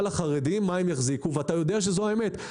החרדים מה הם יחזיקו ואתה יודע שזו האמת.